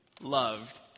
loved